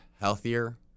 healthier